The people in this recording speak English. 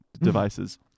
devices